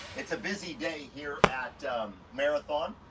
it's a busy day here at marathon.